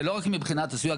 וזה לא רק מבחינת הסביבה,